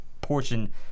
portion